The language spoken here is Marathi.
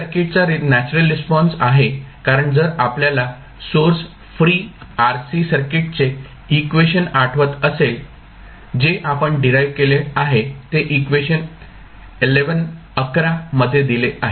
सर्किटचा नॅचरल रिस्पॉन्स आहे कारण जर आपल्याला सोर्स फ्री RC सर्किटचे इक्वेशन आठवत असेल जे आपण डिराईव्ह केले आहे ते इक्वेशन मध्ये दिले आहे